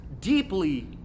deeply